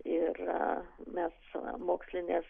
ir mes mokslinės